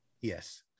Yes